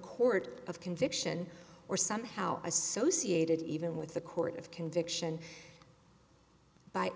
court of conviction or somehow associated even with the court of conviction by